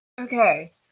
Okay